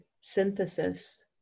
synthesis